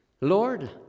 Lord